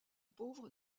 pauvres